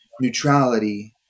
neutrality